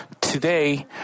today